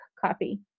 copy